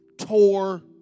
tore